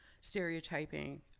stereotyping